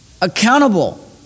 Accountable